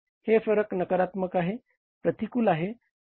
हे फरक नकारात्मक आहे प्रतिकूल आहे